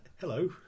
Hello